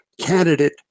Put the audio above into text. candidate